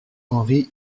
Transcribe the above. henri